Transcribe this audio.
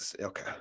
Okay